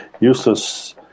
Useless